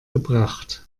gebracht